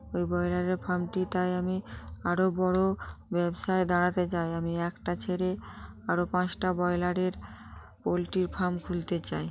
ওই ব্রয়লারের ফার্মটি তাই আমি আরো বড় ব্যবসায় দাঁড়াতে চাই আমি একটা ছেড়ে আরো পাঁচটা ব্রয়লারের পোলট্রির ফার্ম খুলতে চাই